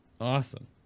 Awesome